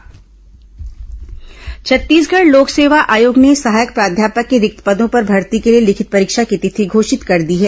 सहायक प्राध्यापक परीक्षा छत्तीसगढ़ लोक सेवा आयोग ने सहायक प्राध्यापक के रिक्त पदों पर भर्ती के लिए लिखित परीक्षा की तिथि घोषित कर दी है